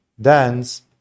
dance